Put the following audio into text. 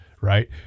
right